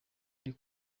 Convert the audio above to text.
ndi